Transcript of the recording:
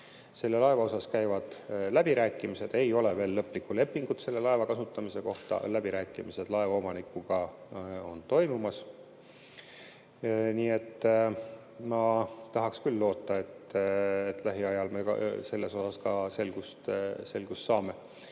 Selle laeva osas käivad läbirääkimised, ei ole veel lõplikku lepingut laeva kasutamise kohta. Aga läbirääkimised laevaomanikuga on toimumas, nii et ma tahaks küll loota, et lähiajal me selles ka selgust saame. Tõele